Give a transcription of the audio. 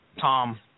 Tom –